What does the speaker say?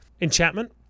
Enchantment